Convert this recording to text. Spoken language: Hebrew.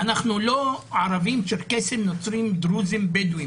אנחנו לא ערבים, צ'רקסים, נוצרים, דרוזים, בדואים.